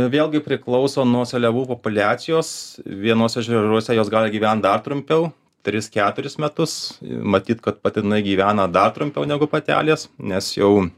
vėlgi priklauso nuo seliavų populiacijos vienuose ežeruose jos gali gyvent dar trumpiau tris keturis metus matyt kad patinai gyvena dar trumpiau negu patelės nes jau